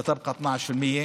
תישאר 12%.)